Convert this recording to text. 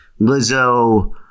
Lizzo